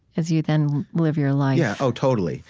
as you then live your life? yeah. oh, totally.